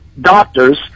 doctors